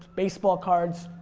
baseball cards,